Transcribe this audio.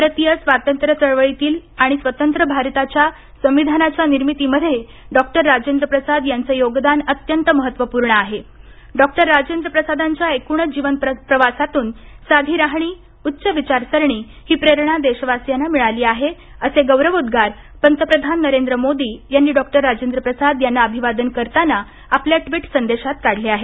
भारतीय स्वातंत्र्य चळवळीत आणि स्वतंत्र भारताच्या संविधानाच्या निर्मितीमध्ये डॉक्टर राजेंद्र प्रसाद यांचे योगदान अत्यंत महत्वपूर्ण आहे डॉक्टर राजेंद्र प्रसादांच्या एकूणच जीवन प्रवासातून साधी राहणी उच्च विचारसरणी ही प्रेरणा देशवासियांना मिळाली आहे असे गौरवोद्वार पंतप्रधान नरेंद्र मोदी यांनी डॉक्टर राजेंद्र प्रसाद यांना अभिवादन करताना आपल्या ट्विट संदेशात काढले आहेत